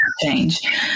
change